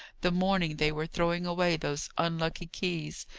the morning they were throwing away those unlucky keys,